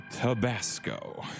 Tabasco